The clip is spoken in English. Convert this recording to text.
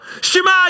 Shema